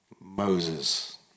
Moses